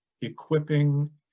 equipping